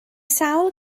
sawl